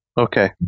Okay